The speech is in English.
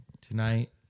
Tonight